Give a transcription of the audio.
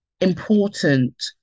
important